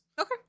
Okay